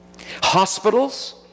Hospitals